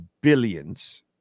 billions